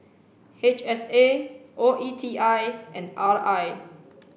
H S A O E T I and R I